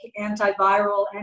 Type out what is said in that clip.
antiviral